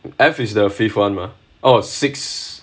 F is the fifth one mah oh six